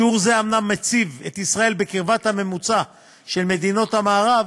שיעור זה אומנם מציב את ישראל בקרבת הממוצע של מדינות המערב,